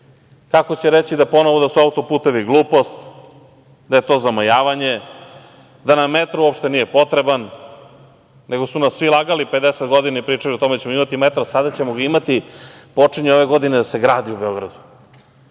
kako će reći ponovo da su autoputevi glupost, da je to zamajavanje, da nam metro uopšte nije potreban, nego su nas svi lagali 50 godina, i pričali o tome da ćemo imati metro. Sada ćemo ga imati, počinje ove godine da se gradi u Beogradu.